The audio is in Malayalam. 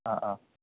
ആ ആ